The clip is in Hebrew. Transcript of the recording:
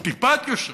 עם טיפת יושרה.